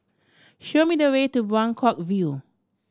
show me the way to Buangkok View